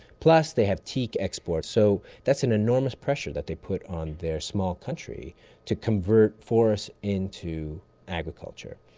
plus they have teak exports, so that's an enormous pressure that they put on their small country to convert forest into agriculture,